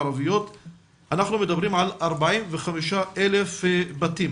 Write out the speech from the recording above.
אנחנו מדברים על 45,000 בתים